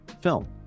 film